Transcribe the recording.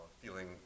feeling